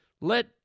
Let